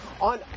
On